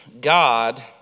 God